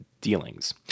dealings